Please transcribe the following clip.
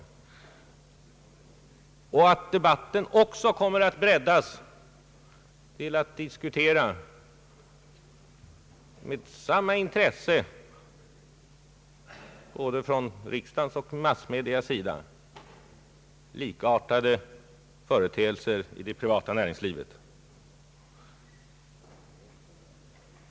Vidare tror vi att debatten också kommer att breddas till en diskussion med samma intresse från både riksdagens och massmedias sida om likartade företeelser i det privata näringslivet.